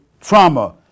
trauma